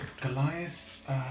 Goliath